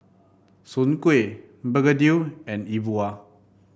Soon Kway begedil and E Bua